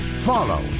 Follow